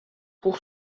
pour